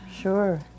sure